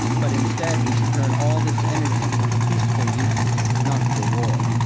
but instead we should turn all this energy for peaceful uses, not for war.